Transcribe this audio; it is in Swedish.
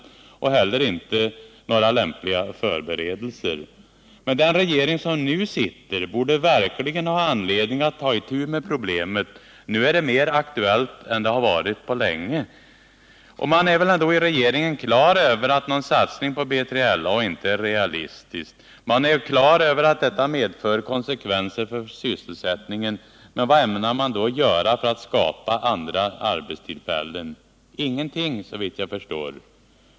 Jag har inte heller sett några lämpliga förberedelser. Men den regering som nu sitter borde verkligen ha anledning att ta itu med problemet. Nu är det mera aktuellt än det har varit på länge. Man är väl ändå i regeringen på det klara med att någon satsning på BJLA inte Nr 45 är realistisk. Man är väl på det klara med att detta medför konsekvenser för sysselsättningen. Vad ämnar man då göra för att skapa andra arbetstillfällen? Ingenting, såvitt jag förstår.